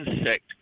insect